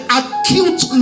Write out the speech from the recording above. acute